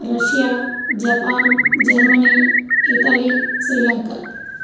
Russia Japan Germany Italy Sri Lanka